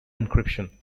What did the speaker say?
encryption